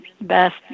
best